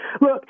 Look